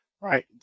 right